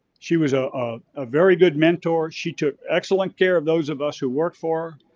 she was a a very good mentor. she took excellent care of those of us who worked for